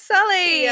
Sully